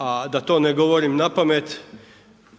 a da to ne govorim napamet,